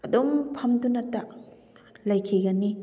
ꯑꯗꯨꯝ ꯐꯝꯗꯨꯅꯇ ꯂꯩꯈꯤꯒꯅꯤ